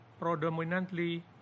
Predominantly